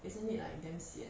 isn't it like damn sian